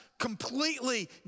completely